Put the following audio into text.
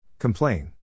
Complain